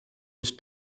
his